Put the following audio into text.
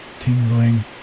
tingling